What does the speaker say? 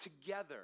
together